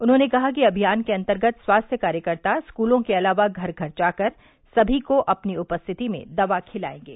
उन्होंने कहा कि अभियान के अंतर्गत स्वास्थ्य कार्यकर्ता स्कूलों के अलावा घर घर जाकर सभी को अपनी उपस्थिति में दवा खिलाएंगे